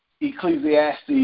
Ecclesiastes